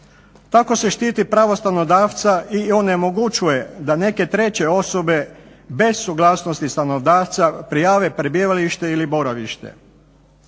Tako se štiti pravo stanodavca i onemogućuje da neke treće osobe bez suglasnosti stanodavca prijave prebivalište ili boravište.